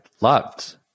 loved